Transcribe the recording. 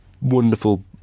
wonderful